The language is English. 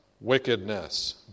wickedness